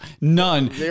none